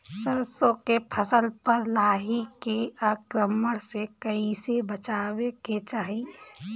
सरसो के फसल पर लाही के आक्रमण से कईसे बचावे के चाही?